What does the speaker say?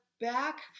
back